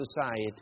society